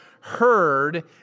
heard